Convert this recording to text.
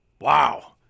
wow